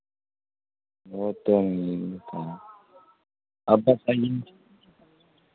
وہ تو نہیں کا اب بتاٮٔیں